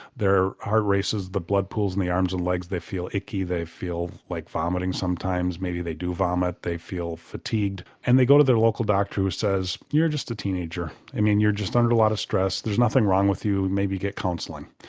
their heart races, the blood pools in the arms and legs, they feel icky, they feel like vomiting sometimes, maybe they do vomit, they feel fatigued and they go to their local doctor who who says you're just a teenager and you're just under a lot of stress, there's nothing wrong with you, maybe get counselling.